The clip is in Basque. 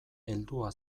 heldua